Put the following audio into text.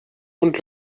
und